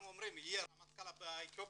אנחנו אומרים שהרמטכ"ל הבא יהיה אתיופי,